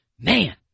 Man